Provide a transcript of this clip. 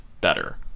better